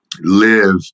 live